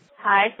Hi